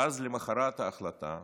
ואז למוחרת ההחלטה